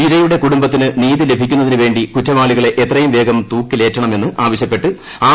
ഇരയുടെ കുടുംബത്തിന് നീതി ലഭിക്കുന്നതിനുവേണ്ടി കുറ്റവാളികളെ എത്രയും വേഗം തൂക്കിലേറ്റണമെന്ന് ആവശ്യപ്പെട്ട് ആം